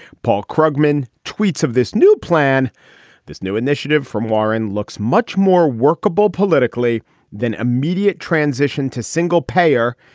paul krugman tweets of this new plan this new initiative from warren looks much more workable politically than immediate transition to single payer.